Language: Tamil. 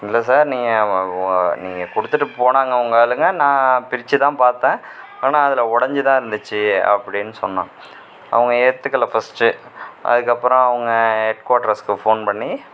இல்லை சார் நீங்கள் நீங்கள் கொடுத்துட்டு போனாங்க உங்கள் ஆளுங்க நான் பிரித்துதான் பார்த்தேன் ஆனால் அதில் உடஞ்சி தான் இருந்துச்சு அப்படின்னு சொன்னோம் அவங்க ஏற்றுக்கல ஃபர்ஸ்ட்டு அதுக்கப்புறம் அவங்க ஹெட்குவாட்டர்ஸ்க்கு ஃபோன் பண்ணி